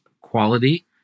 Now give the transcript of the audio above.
quality